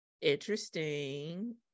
Interesting